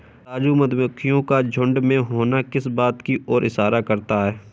राजू मधुमक्खियों का झुंड में होना किस बात की ओर इशारा करता है?